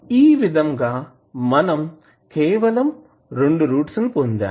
ఈ విధంగా మనం కేవలం రెండు రూట్స్ ని పొందాము